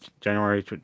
January